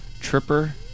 Tripper